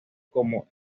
como